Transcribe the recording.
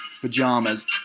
pajamas